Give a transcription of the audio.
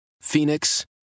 Phoenix